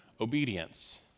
obedience